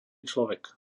človek